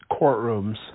courtrooms